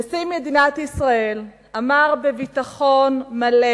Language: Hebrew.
נשיא מדינת ישראל אמר בביטחון מלא